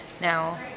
now